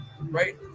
right